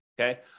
okay